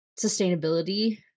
sustainability